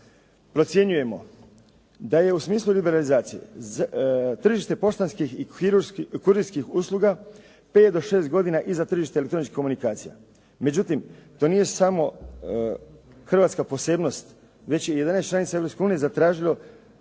Procjenjujemo da je u smislu liberalizacije tržište poštanskih i kurirskih usluga 5 do 6 godina iza tržišta elektroničkih komunikacija. Međutim, to nije samo hrvatska posebnost, već je i 11 članica Europske